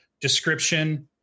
description